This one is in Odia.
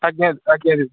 ଆଜ୍ଞା ଆଜ୍ଞା ଦିଦି